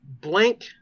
blank